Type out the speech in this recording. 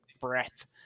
breath